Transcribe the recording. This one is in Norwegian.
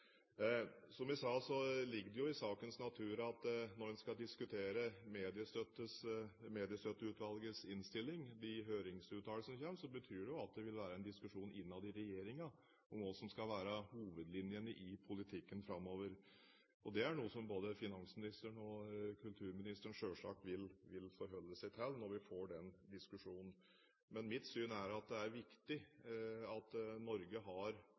Som jeg sa, når en skal diskutere Mediestøtteutvalgets innstilling og de høringsuttalelsene som kommer, betyr det jo – det ligger i sakens natur – at det vil være en diskusjon innad i regjeringen om hva som skal være hovedlinjene i politikken framover. Det er noe som både finansministeren og kulturministeren selvsagt vil forholde seg til når vi får den diskusjonen. Men mitt syn er at det er viktig at Norge har